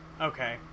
okay